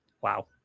Wow